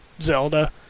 Zelda